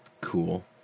Cool